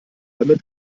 damit